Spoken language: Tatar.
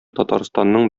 татарстанның